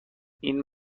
این